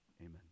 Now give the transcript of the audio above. Amen